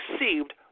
received